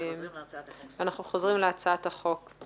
אנחנו חוזרים להצעת החוק.